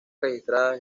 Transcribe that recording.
registrada